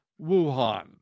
Wuhan